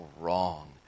wrong